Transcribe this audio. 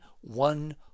one